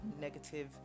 negative